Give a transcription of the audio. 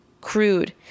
crude